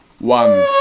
One